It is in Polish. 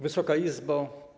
Wysoka Izbo!